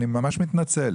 מתנצל.